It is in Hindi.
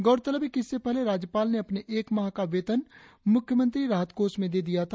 गौरतलब है कि इससे पहले राज्यपाल ने अपने एक माह का प्ररा वेतन मुख्यमंत्री राहत कोष में दे दिया था